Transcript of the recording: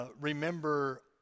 remember